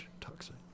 toxin